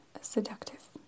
seductive